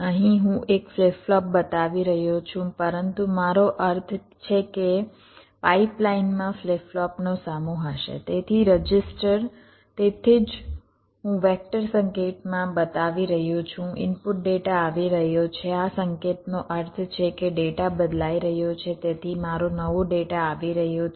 અહીં હું એક ફ્લિપ ફ્લોપ બતાવી રહ્યો છું પરંતુ મારો અર્થ છે કે પાઇપલાઇનમાં ફ્લિપ ફ્લોપનો સમૂહ હશે તેથી રજીસ્ટર તેથી જ હું વેક્ટર સંકેતમાં બતાવી રહ્યો છું ઇનપુટ ડેટા આવી રહ્યો છે આ સંકેતનો અર્થ છે કે ડેટા બદલાઇ રહ્યો છે તેથી મારો નવો ડેટા આવી રહ્યો છે